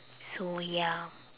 so ya